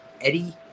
Eddie